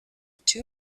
two